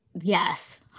yes